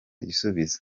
igisubizo